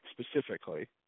specifically